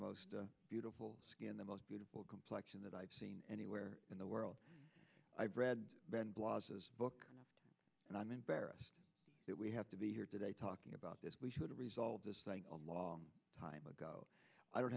most beautiful skin the most beautiful complection that i've seen anywhere in the world i've read ben blah book and i'm embarrassed that we have to be here today talking about this we should resolve this a long time ago i don't